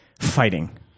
Fighting